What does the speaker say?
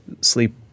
sleep